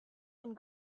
and